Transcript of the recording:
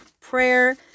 prayer